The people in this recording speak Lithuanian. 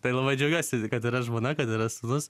tai labai džiaugiuosi kad yra žmona kad yra sūnus